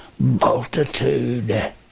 multitude